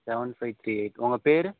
seven five three eight உங்கள் பெயரு